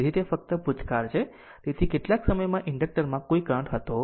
તેથી તે ફક્ત ભૂતકાળ છે તેથી કેટલાક સમયમાં ઇન્ડક્ટર માં કોઈ કરંટ ન હતો